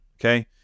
Okay